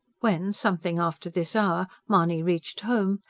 when, something after this hour mahony reached home,